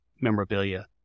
memorabilia